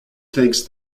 thinks